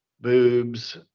boobs